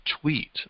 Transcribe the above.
tweet